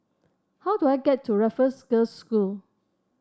how do I get to Raffles Girls' School